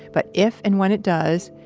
but if and when it does,